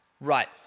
Right